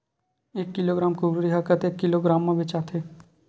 एक किलोग्राम कुकरी ह कतेक किलोग्राम म बेचाथे?